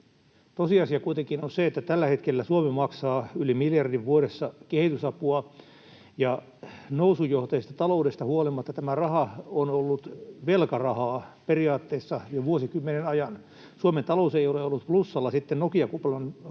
Tosiasia kuitenkin on, että tällä hetkellä Suomi maksaa yli miljardin vuodessa kehitysapua ja nousujohteisesta taloudesta huolimatta tämä raha on ollut velkarahaa periaatteessa jo vuosikymmenen ajan. Suomen talous ei ole ollut plussalla sitten Nokia-kuplan hulluimpien